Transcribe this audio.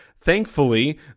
Thankfully